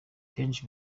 kenshi